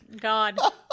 God